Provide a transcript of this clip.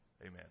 Amen